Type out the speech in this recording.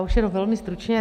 Už jenom velmi stručně.